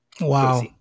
Wow